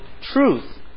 truth